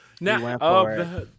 Now